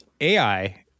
AI